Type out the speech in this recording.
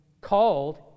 called